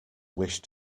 wish